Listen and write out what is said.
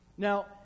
Now